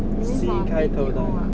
五马 B_T_O ah